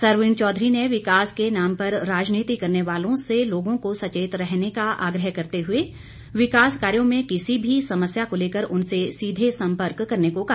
सरवीण चौधरी ने विकास के नाम पर राजनीति करने वालों से लोगों को सचेत रहने का आग्रह करते हुए विकास कार्यों में किसी भी समस्या को लेकर उनसे सीधे संपर्क करने को कहा